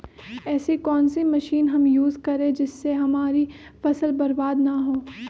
ऐसी कौन सी मशीन हम यूज करें जिससे हमारी फसल बर्बाद ना हो?